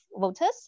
voters